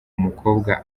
mukobwa